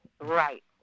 right